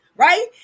Right